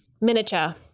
Miniature